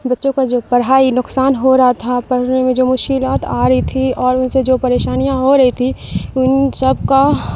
بچوں کا جو پڑھائی نقصان ہو رہا تھا پڑھنے میں جو مشکلات آ رہی تھی اور ان سے جو پریشانیاں ہو رہی تھی ان سب کا